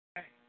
Hey